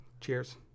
Cheers